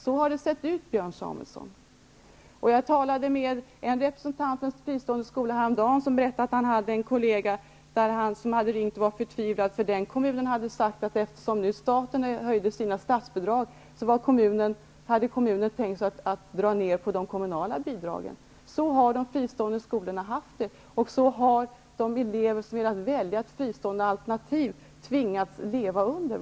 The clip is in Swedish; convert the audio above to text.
Så har det sett ut, Björn Samuelson. Jag talade med en representant för en fristående skola häromdagen som berättade att han hade en kollega som hade ringt och varit förtvivlad över att kommunen hade sagt att eftersom nu staten höjde sina statsbidrag så hade kommunen tänkt sig att dra ned på de kommunala bidragen. Så har de fristående skolorna haft det, och så har de elever som velat välja ett fristående alternativ tvingats leva.